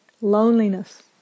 loneliness